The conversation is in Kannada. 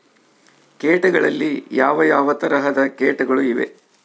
ಕೇಟಗಳಲ್ಲಿ ಯಾವ ಯಾವ ತರಹದ ಕೇಟಗಳು ಇವೆ?